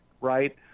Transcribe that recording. right